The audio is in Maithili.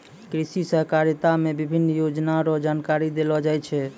कृषि सहकारिता मे विभिन्न योजना रो जानकारी देलो जाय छै